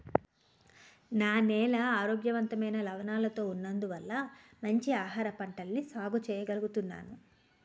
నా నేల ఆరోగ్యవంతమైన లవణాలతో ఉన్నందువల్ల మంచి ఆహారపంటల్ని సాగు చెయ్యగలుగుతున్నాను